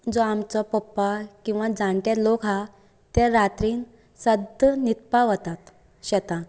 जो आमचो पप्पा किंवां जाणटो लोक आहा ते रात्रीन सद्दां न्हिदपाक वतात शेतांत